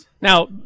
Now